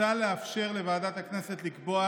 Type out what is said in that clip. מוצע לאפשר לוועדת הכנסת לקבוע,